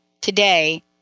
today